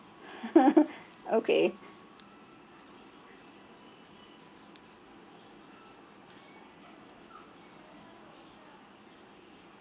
okay